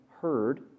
heard